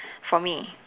for me